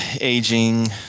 aging